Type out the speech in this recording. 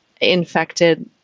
infected